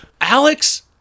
Alex